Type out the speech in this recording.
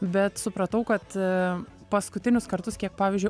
bet supratau kad paskutinius kartus kiek pavyzdžiui